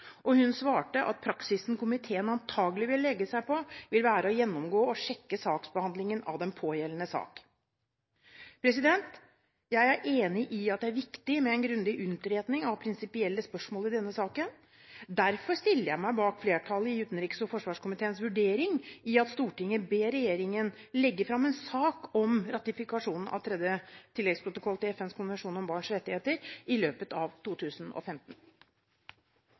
og hun svarte at praksisen komiteen antakelig vil legge seg på, vil være å gjennomgå og sjekke saksbehandlingen av den pågjeldende sak. Jeg er enig i at det er viktig med en grundig utredning av prinsipielle spørsmål i denne saken. Derfor stiller jeg meg bak flertallet i utenriks- og forsvarskomiteens vurdering og at Stortinget ber regjeringen legge fram en sak om ratifikasjonen av tredje tilleggsprotokoll til FNs konvensjon om barns rettigheter i løpet av 2015.